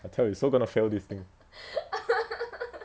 I tell you we so going to fail this thing